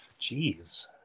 Jeez